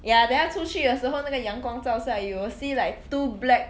ya 等一下出去有时候那个阳光照射 you will see like two black